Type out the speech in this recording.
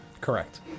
Correct